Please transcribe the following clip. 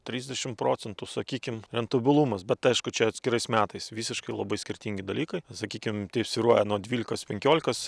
trisdešim procentų sakykim rentabilumas bet aišku čia atskirais metais visiškai labai skirtingi dalykai sakykim teip svyruoja nuo dvylikos penkiolikos